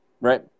right